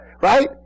Right